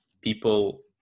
people